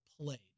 played